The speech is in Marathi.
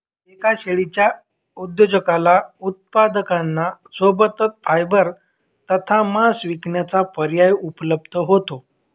एका शेळीच्या उद्योजकाला उत्पादकांना सोबतच फायबर तथा मांस विकण्याचा पर्याय उपलब्ध होतो